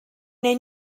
neu